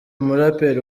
umuraperi